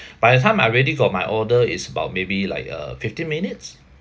by the time I already got my order is about maybe like uh fifteen minutes